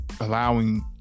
allowing